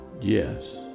yes